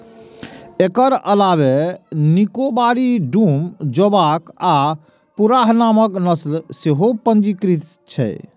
एकर अलावे निकोबारी, डूम, जोवॉक आ घुर्राह नामक नस्ल सेहो पंजीकृत छै